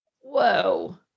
Whoa